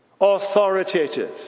authoritative